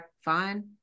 fine